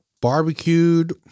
barbecued